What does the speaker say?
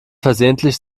versehentlich